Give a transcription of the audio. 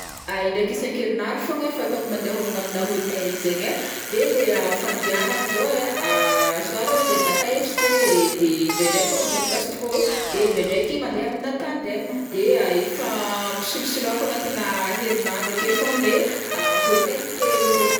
Indraiky isan-kerignandro fogna fataoko mande homagna amina hôtely zegny ai, de le fandeanako zao ai, soit za mande amina KFC,de ndraindraiky koa mande ami gastro de ndraindraiky mande amina tandem, de hifampisolosoloako agnatina herinandro akeo fogna le hotel telo reo.